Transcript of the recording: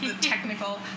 technical